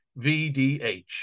vdh